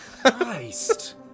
Christ